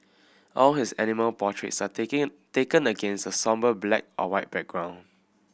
all his animal portraits are taken taken against a sombre black or white background